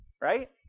Right